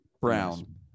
Brown